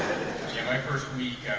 yeah my first week,